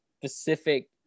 specific